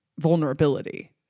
vulnerability